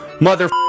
mother